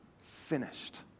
finished